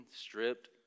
stripped